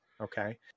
Okay